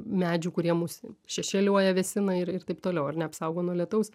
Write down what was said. medžių kurie mus šešėliuoja vėsina ir taip toliau ar ne apsaugo nuo lietaus